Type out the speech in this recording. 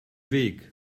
weg